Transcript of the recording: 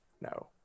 No